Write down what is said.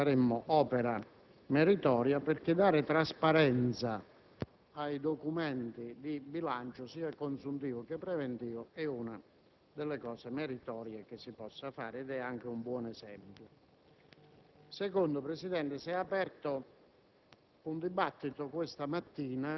Se riuscissimo in tutta questa operazione, penso che faremmo opera meritoria, perché dare trasparenza ai documenti di bilancio, sia consuntivo che preventivo, è una delle cose più meritorie che si possano fare ed è anche un buon esempio.